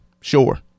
Sure